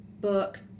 book